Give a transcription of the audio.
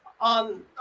on